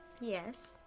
Yes